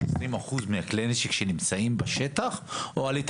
20% מכלי הנשק שנמצאים בשטח או עלית